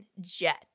Jet